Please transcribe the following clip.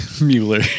Mueller